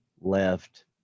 left